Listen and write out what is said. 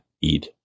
eat